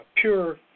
pure